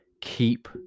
Keep